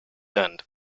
end